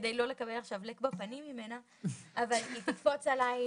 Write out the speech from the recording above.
כדי לא לקבל עכשיו לק בפנים ממנה היא תקפוץ עליי,